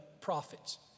prophets